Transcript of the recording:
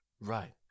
Right